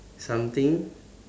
something